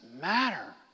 matter